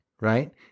right